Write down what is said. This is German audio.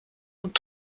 und